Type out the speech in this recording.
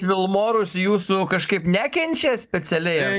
vilmorus jūsų kažkaip nekenčia specialiai